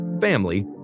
family